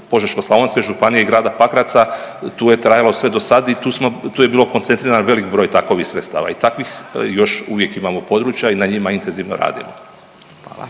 Požeško-slavonske županije i grada Pakraca, tu je trajalo sve do sad i tu smo, tu je bio koncentriran velik broj takovih sredstava i takvih još uvijek imamo područja i na njima intenzivno radimo.